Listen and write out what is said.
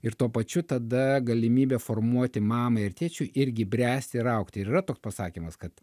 ir tuo pačiu tada galimybė formuoti mamai ir tėčiui irgi bręsti ir augti ir yra toks pasakymas kad